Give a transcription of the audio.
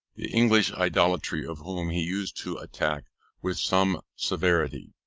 the english idolatry of whom he used to attack with some severity.